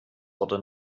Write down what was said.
wurde